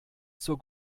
zur